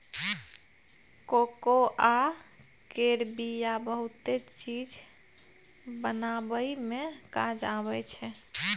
cocoa केर बिया बहुते चीज बनाबइ मे काज आबइ छै